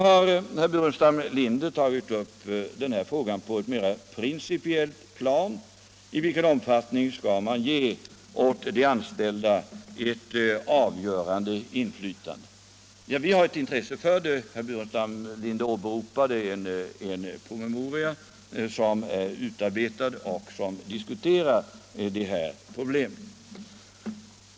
Herr Burenstam Linder har tagit upp frågan mera principiellt: I vilken omfattning skall de anställda ges avgörande inflytande? Jo, vi har intresse av det. Och herr Burenstam Linder åberopar en promemoria som berör det här problemet.